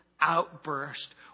Outburst